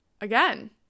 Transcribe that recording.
again